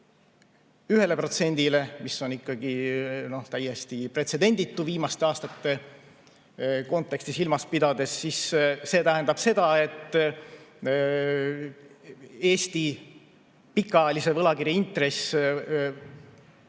on kerkinud 1%‑le, mis on ikkagi täiesti pretsedenditu viimaste aastate konteksti silmas pidades. See tähendab seda, et Eesti pikaajalise võlakirja intress võib